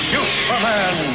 Superman